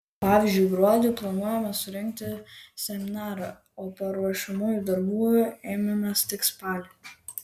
pavyzdžiui gruodį planuojame surengti seminarą o paruošiamųjų darbų ėmėmės tik spalį